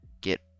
get